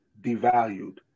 devalued